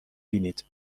بینید